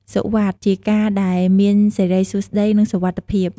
សុវត្តិ ជាការដែលមានសិរីសួស្តី និងសុវត្ថិភាព។